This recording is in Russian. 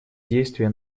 действия